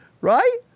Right